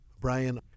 Brian